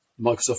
Microsoft